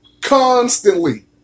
constantly